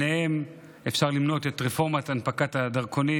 אפשר למנות בהם את רפורמת הנפקת הדרכונים